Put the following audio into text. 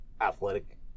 athletic